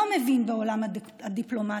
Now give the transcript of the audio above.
לא מבין בעולם הדיפלומטיה,